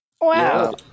Wow